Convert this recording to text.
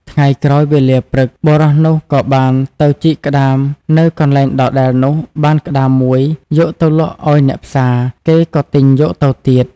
ថ្ងៃក្រោយវេលាព្រឹក បុរសនោះក៏បានទៅជីកក្ដាមនៅកន្លែងដដែលនោះបានក្ដាមមួយយកទៅលក់ឲ្យអ្នកផ្សារ គេក៏ទិញយកទៅទៀត ។